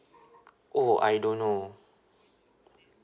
oh I don't know